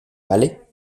vale